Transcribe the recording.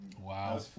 Wow